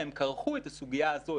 שהם כרכו את הסוגיה הזאת,